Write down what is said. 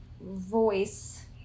voice